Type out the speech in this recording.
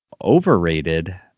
overrated